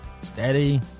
Steady